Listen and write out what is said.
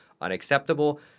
unacceptable